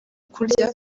kurya